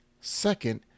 Second